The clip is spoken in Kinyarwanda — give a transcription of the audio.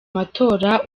matora